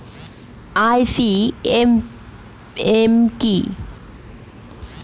IPM কি?